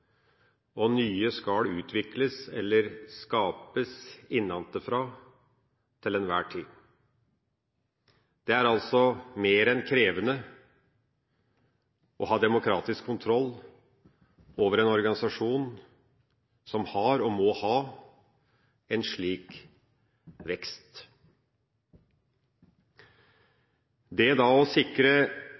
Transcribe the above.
og nye skall skapes innenfra til enhver tid. Det er altså mer enn krevende å ha demokratisk kontroll over en organisasjon som har, og må ha, en slik vekst. Det å sikre